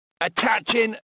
Attaching